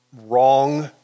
wrong